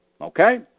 Okay